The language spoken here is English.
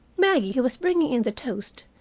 maggie, who was bringing in the toast,